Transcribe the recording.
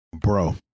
bro